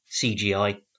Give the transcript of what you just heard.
CGI